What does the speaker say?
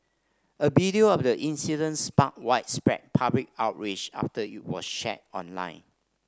a video of the incidence sparked widespread public outrage after it were shared online